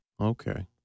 Okay